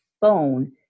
phone